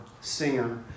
singer